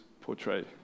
portray